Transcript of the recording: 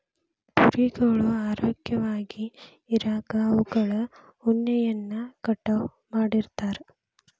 ಕುರಿಗಳು ಆರೋಗ್ಯವಾಗಿ ಇರಾಕ ಅವುಗಳ ಉಣ್ಣೆಯನ್ನ ಕಟಾವ್ ಮಾಡ್ತಿರ್ತಾರ